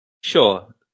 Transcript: Sure